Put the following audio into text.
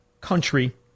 country